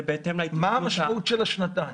זה בהתאם ל --- מה המשמעות של השנתיים?